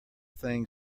thing